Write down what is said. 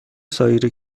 سایر